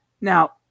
Now